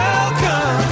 Welcome